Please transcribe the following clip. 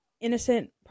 innocent